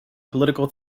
political